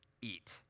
eat